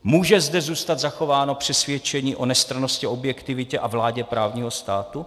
Může zde zůstat zachováno přesvědčení o nestrannosti, objektivitě a vládě právního státu?